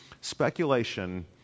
speculation